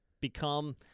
become